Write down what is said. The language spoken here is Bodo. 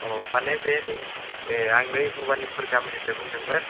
अ मानि बे बै ए आं नै भबानिफुर गामिनिफ्राय बुंदोंमोन